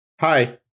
Hi